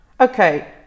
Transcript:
Okay